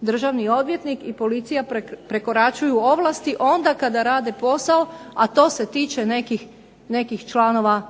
državni odvjetnik i policija prekoračuju ovlasti onda kada rade posao, a to se tiče nekih članova